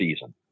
season